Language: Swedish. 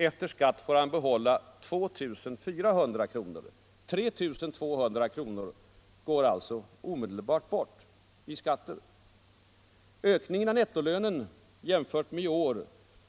Efter skatt får han behålla 2 400 kronor. 3 200 kronor går alltså omedelbart bort i skatter. Ökningen av nettolönen jämfört med i år